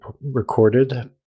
recorded